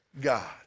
God